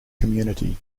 community